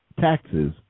taxes